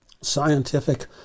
scientific